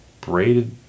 braided